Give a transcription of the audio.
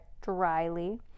dryly